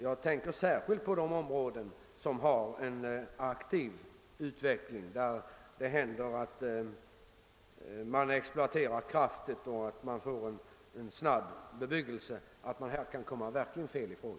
Jag tänker då särskilt på områden med stark utveckling där det exploateras och byggs i stor utsträckning.